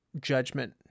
judgment